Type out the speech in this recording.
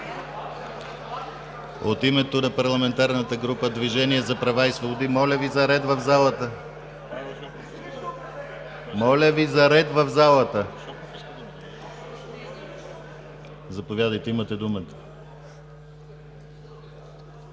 От името на Парламентарната група на Движението за права и свободи? Моля Ви за ред в залата! Моля Ви за ред в залата! Заповядайте, имате думата.